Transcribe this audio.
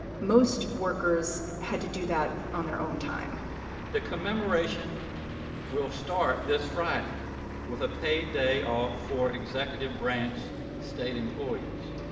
most workers had to do that on their own time the commemoration will start this friday with a paid day off for executive branch state employees